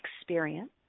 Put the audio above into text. experience